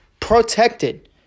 protected